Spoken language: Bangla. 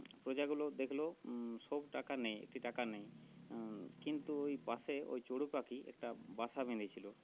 প্রজাগুলো দেখল সব টাকা নেই একটি টাকা নেই কিন্তু ওই পাশে ওই চড়ুই পাখি একটা বাসা বেঁধেছিল